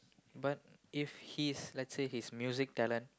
but if he's let's say his music talent